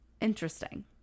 Interesting